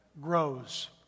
grows